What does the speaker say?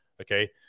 Okay